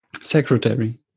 Secretary